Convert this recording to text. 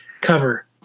cover